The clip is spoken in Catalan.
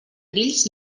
grills